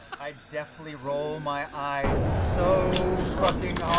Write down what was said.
i deftly roll my eyes so fucking